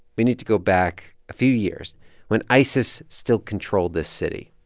we need to go back a few years when isis still controlled this city.